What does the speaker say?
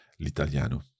l'italiano